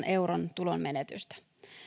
euron tulonmenetystä